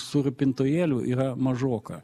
su rūpintojėliu yra mažoka